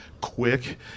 quick